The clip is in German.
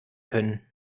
können